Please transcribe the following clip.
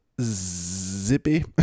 Zippy